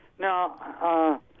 No